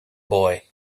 boy